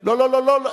לא מופיע, לא, לא, לא.